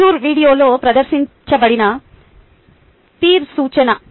మజూర్ వీడియోలో ప్రదర్శించబడిన పీర్ సూచన